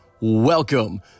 Welcome